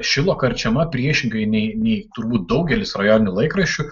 šilo karčiama priešingai nei nei turbūt daugelis rajoninių laikraščių